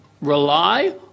rely